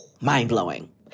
Mind-blowing